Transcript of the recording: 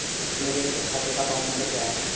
मेरे बचत खाते का अकाउंट नंबर क्या है?